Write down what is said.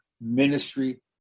ministry